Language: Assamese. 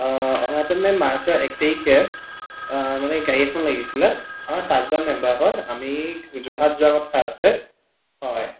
অহা সপ্তাহত মানে মাৰ্চৰ এক তাৰিখে মানে গাড়ী এখন লাগিছিলে আমাৰ পাঁচজন মেম্বাৰ হয় আমি যোৰহাট যোৱাৰ কথা আছে হয়